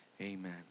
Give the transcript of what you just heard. amen